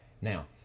now